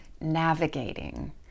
navigating